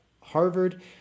Harvard